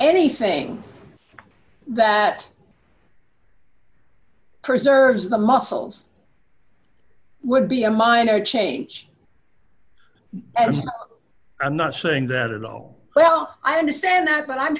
anything that preserves the muscles would be a minor change and i'm not saying that at all well i understand that but i'm